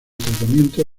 tratamiento